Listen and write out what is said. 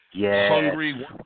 hungry